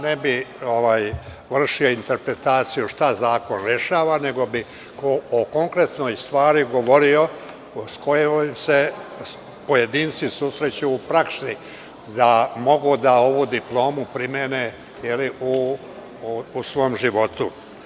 Ne bih vršio interpretaciju šta zakon rešava, nego bih o konkretnoj stvari govorio, sa kojom se pojedinci susreću u praksi, da mogu ovu diplomu da ovu diplomu da primene u svom životu.